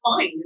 fine